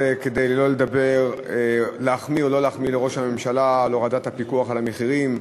כדי להחמיא או לא להחמיא לראש הממשלה על הורדת הפיקוח על המחירים,